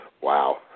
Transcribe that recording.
Wow